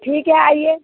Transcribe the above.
ठीक है आइए